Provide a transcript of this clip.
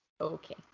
Okay